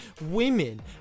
women